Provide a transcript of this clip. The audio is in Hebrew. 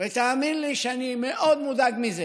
ותאמין לי שאני מודאג מאוד מזה